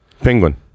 Penguin